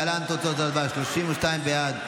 להלן תוצאות ההצבעה: 32 בעד,